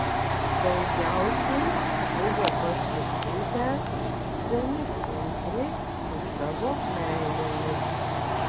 daugiausiai buvo pasipūtę seni pūzrai su savo meilėmis